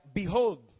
behold